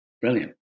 brilliant